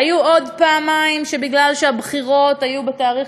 היו עוד פעמיים שבגלל הבחירות שהיו בתאריך